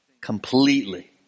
completely